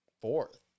fourth